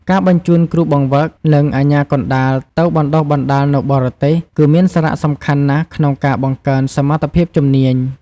ការបញ្ជូនគ្រូបង្វឹក និងអាជ្ញាកណ្តាលទៅបណ្តុះបណ្តាលនៅបរទេស គឺមានសារៈសំខាន់ណាស់ក្នុងការបង្កើនសមត្ថភាពជំនាញ។